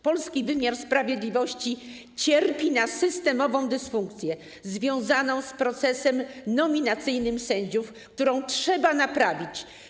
Polski wymiar sprawiedliwości cierpi na systemową dysfunkcję związaną z procesem nominacyjnym sędziów, którą trzeba naprawić.